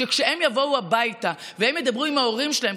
שכשהם יבואו הביתה והם ידברו עם ההורים שלהם,